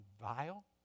vile